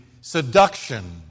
seduction